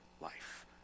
life